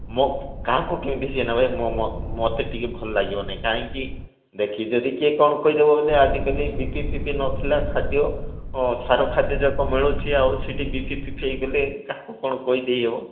ମୋ କାହାକୁ କେମିତି କିଏ ନହୁଏ ମୋ ମୋତେ ଟିକେ ଭଲ ଲାଗିବନାଇ କାହିଁକି ଦେଖିକି ଯଦି କିଏ କ'ଣ କହିଦେବ ବୋଲେ ଆଜିକାଲି ବିପି ଫିପି ନଥିଲା ଖାଦ୍ୟ ସାର ଖାଦ୍ୟ ଯାକ ମିଳୁଛି ଆଉ ସିଟି ବିପି ଫିପି ହେଇଗଲେ କାହାକୁ କ'ଣ କହି ଦେଇହେବ